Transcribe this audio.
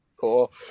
Cool